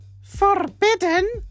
Forbidden